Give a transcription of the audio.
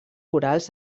corals